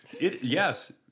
Yes